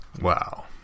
Wow